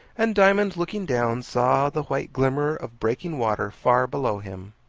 and diamond, looking down, saw the white glimmer of breaking water far below him.